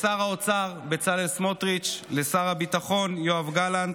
לשר האוצר בצלאל סמוטריץ'; לשר הביטחון יואב גלנט,